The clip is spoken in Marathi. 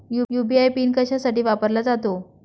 यू.पी.आय पिन कशासाठी वापरला जातो?